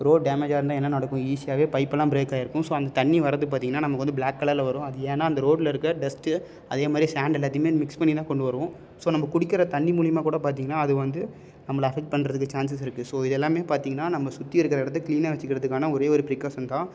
road டேமேஜாக இருந்தால் என்ன நடக்கும் ஈஸியாகவே பைப்பெல்லாம் பிரேக் ஆகியிருக்கும் ஸோ அந்த தண்ணி வர்றது பார்த்திங்கனா நமக்கு வந்து பிளாக் கலரில் வரும் அது ஏன்னா அந்த ரோட்டில் இருக்க டஸ்ட்டு அதே மாதிரி சேண்டு எல்லாத்தையும் மிக்ஸ் பண்ணி தான் கொண்டு வரும் ஸோ நம்ம குடிக்கிற தண்ணி மூலியமாக கூட பார்த்திங்கனா அது வந்து நம்மளை அஃபெக்ட் பண்ணுறதுக்கு சான்சஸ் இருக்கு ஸோ இது எல்லாம் பார்த்திங்கனா நம்மளை சுற்றி இருக்கிற இடத்த க்ளீனாக வச்சுக்கிறதுக்கான ஒரே ஒரு ப்ரிக்காஷன் தான்